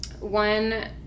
one